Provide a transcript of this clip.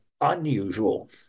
unusual